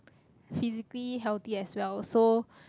physically healthy as well so